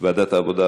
ועדת העבודה,